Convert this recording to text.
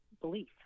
belief